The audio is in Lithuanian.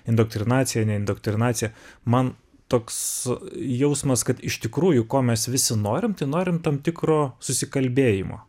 indoktrinaciją ne indoktrinaciją man toks jausmas kad iš tikrųjų ko mes visi norim tai norim tam tikro susikalbėjimo